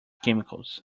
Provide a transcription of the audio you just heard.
chemicals